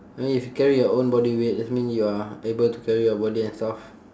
I mean if you carry your own body weight that mean you are able to carry your body and stuff